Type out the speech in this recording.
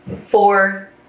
four